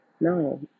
no